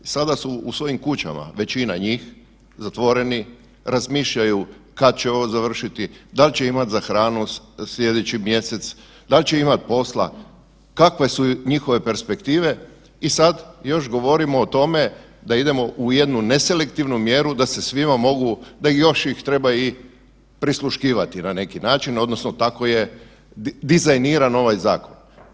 Sada su u svojim kućama, većina njih zatvoreni, razmišljaju kada će ovo završiti, dal će imati za hranu sljedeći mjesec, dal će imati posla, kakve su njihove perspektive i sad još govorimo o tome da idemo u jednu neselektivnu mjeru da se svima mogu da ih još treba i prisluškivati na neki način odnosno tako je dizajniran ovaj zakon.